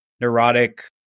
neurotic